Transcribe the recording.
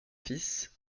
fils